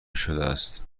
شدهاست